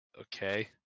Okay